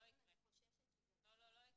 חוששת שזה- -- לא יקרה.